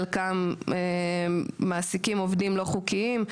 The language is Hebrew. חלקם מעסיקים עובדים לא חוקיים.